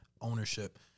ownership